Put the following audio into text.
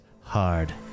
hard